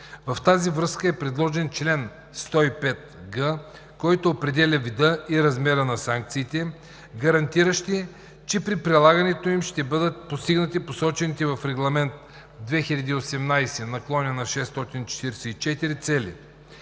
В тази връзка е предложен чл. 105г, който определя вида и размера на санкциите, гарантиращи, че при прилагането им ще бъдат постигнати посочените в Регламент 2018/644 цели.